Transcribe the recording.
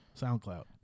SoundCloud